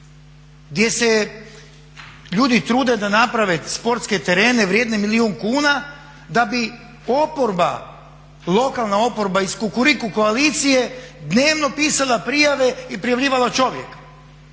gdje se ljudi trude da naprave sportske terene vrijedne milijun kuna da bi oporba, lokalna oporba iz Kukuriku koalicije dnevno pisala prijave i prijavljivala čovjeka.